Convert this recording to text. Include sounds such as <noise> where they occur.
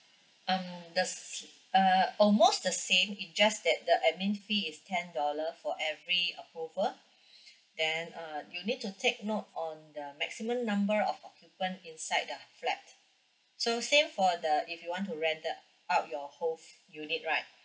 um the uh almost the same it just that the admin fee is ten dollar for every approval <breath> then uh you need to take note on the maximum number of occupant inside the flat so same for the if you want to rented out your whole unit right